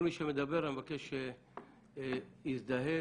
כי בדרך כלל מי שעושה את הצעד הזה,